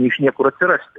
iš niekur atsirasti